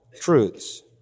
truths